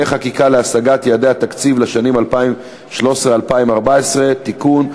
חקיקה להשגת יעדי התקציב לשנים 2013 ו-2014) (תיקון),